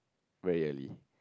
very early